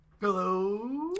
Hello